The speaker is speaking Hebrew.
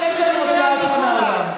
לפני שאני מוציאה אותך מהאולם.